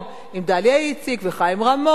עם דליה איציק וחיים רמון,